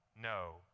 no